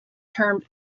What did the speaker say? termed